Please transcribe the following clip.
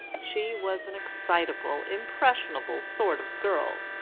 she was an excitable, impressionable sort of girl,